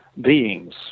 beings